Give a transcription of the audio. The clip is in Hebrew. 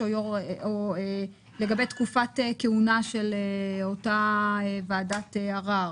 הוראות לגבי תקופת כהונה של אותה ועדת ערר,